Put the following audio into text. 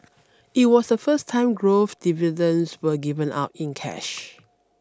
it was the first time growth dividends were given out in cash